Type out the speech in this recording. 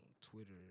Twitter